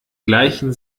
gleichen